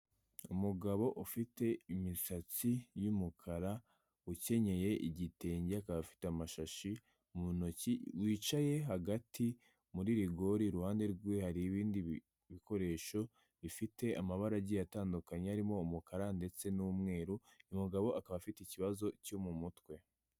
Umugabo ufite imisatsi y'umukara ukenyeye igitenge akaba afite amashashi mu ntoki wicaye hagati muri rigori iruhande rwe hari ibindi bikoresho bifite amabara agiye atandukanye arimo umukara ndetse n'umweru, umugabo akaba afite ikibazo cyo mu mutwe.